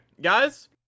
guys